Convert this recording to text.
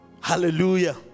Hallelujah